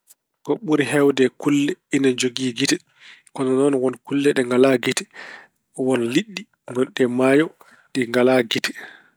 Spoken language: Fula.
Ko ɓuri heewde e kulle ine jogii gite. Ko noon won kulle ɗe ngalaa gite. Won liɗɗi ngonɗi e maayo ɗi ngalaa gite.